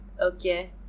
okay